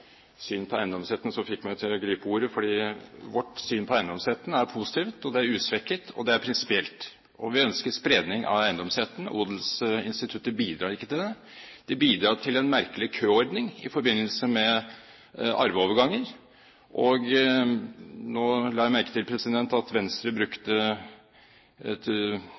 syn på eiendomsretten som fikk meg til å gripe ordet, fordi vårt syn på eiendomsretten er positivt, det er usvekket, og det er prinsipielt. Vi ønsker spredning av eiendomsretten. Odelsinstituttet bidrar ikke til det. Det bidrar til en merkelig køordning i forbindelse med arveoverganger. Nå la jeg merke til at Venstre brukte et